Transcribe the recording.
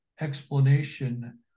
explanation